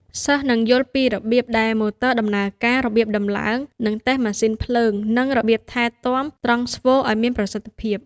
សិស្សនឹងយល់ពីរបៀបដែលម៉ូទ័រដំណើរការ របៀបតំឡើង និងតេស្តម៉ាស៊ីនភ្លើង និងរបៀបថែទាំត្រង់ស្វូឱ្យមានប្រសិទ្ធភាព។